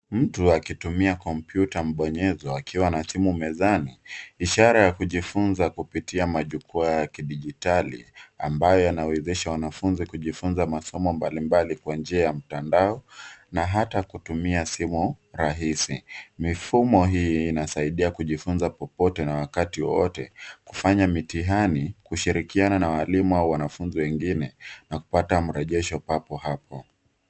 Mtu akitumia kompyuta mbonyezo akiwa na simu mezani. Ishara ya kujifunza kupitia majukwa la kidijitali ambayo yanawezesha wanafunzi kujifunza masomo mbalimbali kwenye njia ya mtandao na hata kutumia simu rahisi. Mifumo hii inasaidia kujifunza popote na wakati wowote, kufanya mitihani, kushirikiana na walimu au wanafunzi wengine na kupata marejesho papo hapo.